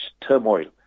turmoil